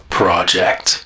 project